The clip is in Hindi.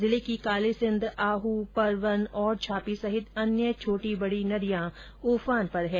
जिले की कालीसिंध आह परवन छापी सहित अन्य छोटी बडी नदियां उफान पर है